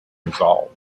resolved